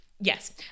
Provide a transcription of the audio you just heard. Yes